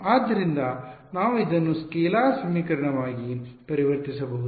ಆದ್ದರಿಂದ ನಾವು ಅದನ್ನು ಸ್ಕೇಲಾರ್ ಸಮೀಕರಣವಾಗಿ ಪರಿವರ್ತಿಸಬಹುದು